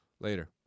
Later